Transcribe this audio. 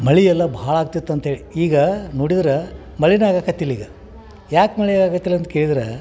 ಮಳೆ ಎಲ್ಲ ಭಾಳಾಕ್ತಿತ್ತು ಅಂತ್ಹೇಳಿ ಈಗ ನೋಡಿದ್ರೆ ಮಳೆನೇ ಆಗಾಕತ್ತಿಲ್ಲ ಈಗ ಯಾಕೆ ಮಳೆ ಆಗುತ್ತಿಲ್ಲ ಅಂತ ಕೇಳಿದ್ರೆ